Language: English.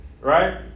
Right